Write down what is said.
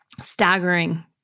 Staggering